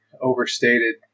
overstated